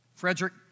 Frederick